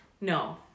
No